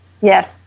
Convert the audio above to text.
Yes